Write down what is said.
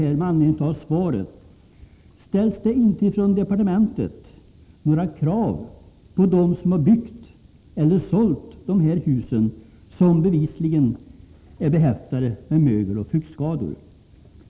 För det första: Ställs det inte från departementet några krav på dem som har byggt eller sålt dessa hus, som bevisligen är behäftade med mögeloch fuktskador?